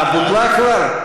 אה, בוטלה כבר?